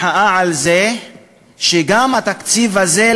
מחאה על זה שגם התקציב הזה,